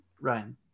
Ryan